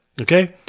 okay